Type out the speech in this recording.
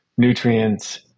nutrients